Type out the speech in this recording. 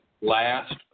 last